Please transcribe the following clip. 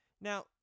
Now